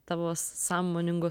tavo sąmoningos